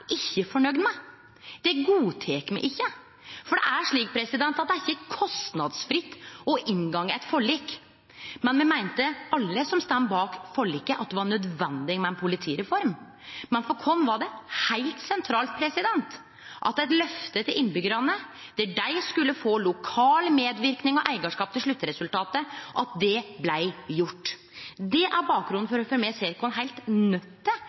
ikkje fornøgde med. Det godtek me ikkje. Det er ikkje kostnadsfritt å inngå eit forlik. Me meinte, alle som står bak forliket, at det var nødvendig med ei politireform. Men for oss var det heilt sentralt at når innbyggjarane fekk eit løfte om at dei skulle få lokal medverknad og eigarskap til sluttresultatet, så blei det gjort. Det er bakgrunnen for at me ser oss heilt